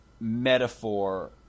metaphor